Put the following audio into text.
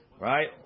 right